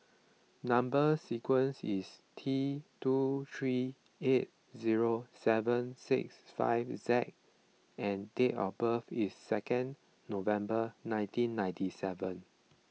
Number Sequence is T two three eight zero seven six five Z and date of birth is second November nineteen ninety seven